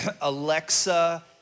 Alexa